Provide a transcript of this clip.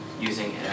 using